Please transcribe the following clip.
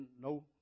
No